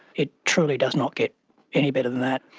it truly does not get any better than that.